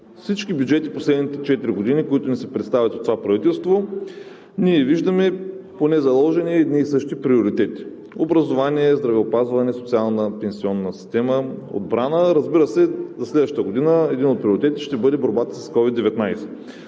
всички бюджети през последните четири години, които ни се представят от това правителство, ние виждаме поне, заложени едни и същи приоритети – образование, здравеопазване, социална, пенсионна система, отбрана. Разбира се, за следващата година един от приоритетите ще бъде борбата с COVID-19.